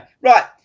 Right